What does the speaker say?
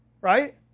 Right